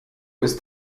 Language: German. ist